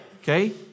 Okay